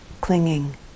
clinging